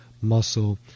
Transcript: muscle